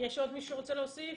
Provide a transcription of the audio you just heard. יש עוד מישהו שרוצה להוסיף?